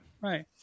Right